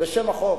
בשם הזה.